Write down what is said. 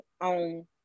on